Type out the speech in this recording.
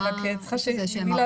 אני מרשות המיסים.